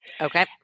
Okay